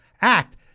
act